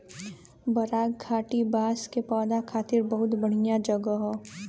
बराक घाटी बांस के पौधा खातिर बहुते बढ़िया जगह हौ